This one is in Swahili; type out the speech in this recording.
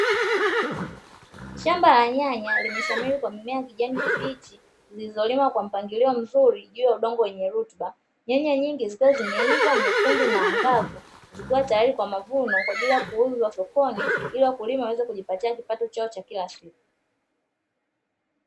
Shamba la nyanya limeshamiri kwa mimea ya kijani kibichi, iliyolimwa kwa mpangilio mzuri juu ya udongo wenye rutuba. Nyanya nyingi zikiwa zimeiva nyekundu na angavu, zikiwa tayari kwa mavuni kwa ajili ya kuuzwa sokoni ili wakulima waweze kujipatia kipato chao cha kila siku.